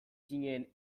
zinen